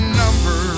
number